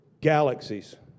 galaxies